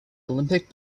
olympic